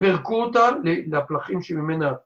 ‫פרקו אותה לפלחים שממנה...